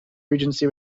regency